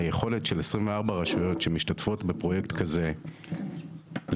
היכולת של 24 הרשויות שמשתתפות בפרויקט כזה לקבל